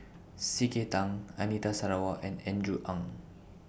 C K Tang Anita Sarawak and Andrew Ang